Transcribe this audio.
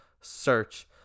search